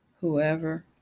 whoever